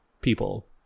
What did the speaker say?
people